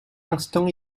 instant